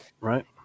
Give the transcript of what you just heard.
Right